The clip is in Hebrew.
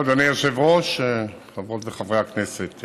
אדוני היושב-ראש, חברות וחברי הכנסת,